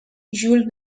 jules